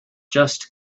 just